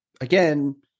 Again